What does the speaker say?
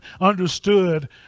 understood